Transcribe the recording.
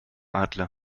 adler